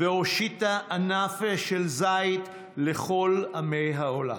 והושיטה ענף של זית לכל עמי העולם.